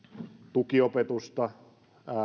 tukiopetusta